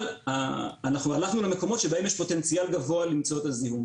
אבל אנחנו הלכנו למקומות שבהם יש פוטנציאל גבוה למצוא את הזיהום,